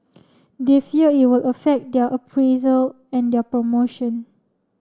they fear it will affect their appraisal and their promotion